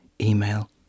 email